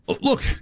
Look